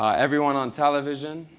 everyone on television,